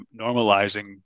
normalizing